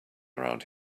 around